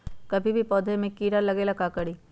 कभी भी पौधा में कीरा न लगे ये ला का करी?